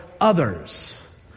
others